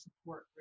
support